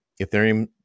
Ethereum